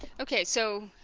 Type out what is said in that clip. okay so